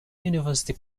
university